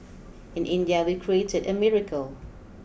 in India we've created a miracle